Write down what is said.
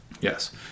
Yes